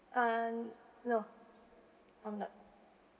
uh no I'm not